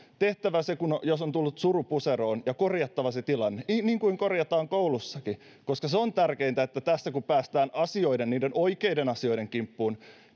jos on tullut suru puseroon ja korjattava se tilanne niin niin kuin korjataan koulussakin koska se on tärkeintä että kun tästä päästään asioiden niiden oikeiden asioiden kimppuun